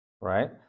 Right